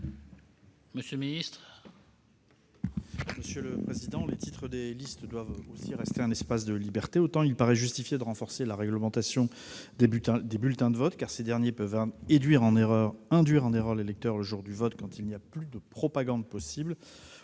Gouvernement ? Les titres des listes doivent rester un espace de liberté. Autant il paraît justifié de renforcer la réglementation des bulletins de vote, car ces derniers peuvent induire en erreur l'électeur le jour du vote quand la propagande n'est